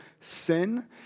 sin